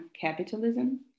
capitalism